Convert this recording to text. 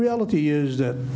reality is that